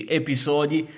episodi